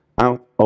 out